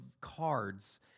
cards